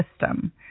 system